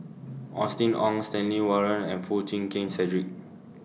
Austen Ong Stanley Warren and Foo Chee Keng Cedric